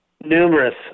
numerous